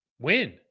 win